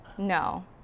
No